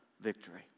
victory